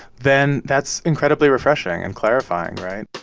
then that's incredibly refreshing and clarifying, right?